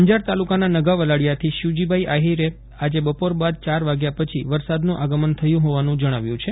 અંજાર તાલુકાના નઘા વલાડિયાથી શિવજીભાઇ આહિરે આજે બપોર બાદ ચાર વાગ્યા પછી વરસાદનું આગમન થયું હોવાનું જણાવ્યું છે